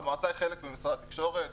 המועצה היא חלק ממשרד התקשורת.